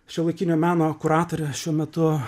šiuolaikinio meno kuratore šiuo metu